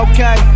Okay